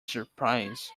surprise